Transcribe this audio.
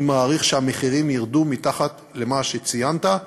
אני מעריך שהמחירים ירדו מתחת למה שציינת.